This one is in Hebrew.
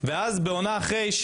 ואז בעונה אחרי,